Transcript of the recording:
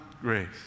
grace